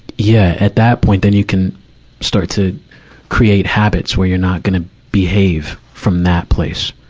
yeah. at that point, then you can start to create habits, where you're not gonna behave from that place.